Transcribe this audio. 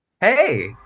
Hey